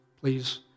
Please